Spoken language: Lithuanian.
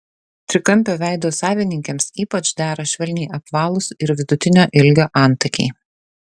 trikampio veido savininkėms ypač dera švelniai apvalūs ir vidutinio ilgio antakiai